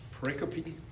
pericope